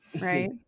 right